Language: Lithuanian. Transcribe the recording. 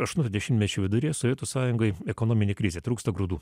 aštunto dešimtmečio viduryje sovietų sąjungai ekonominė krizė trūksta grūdų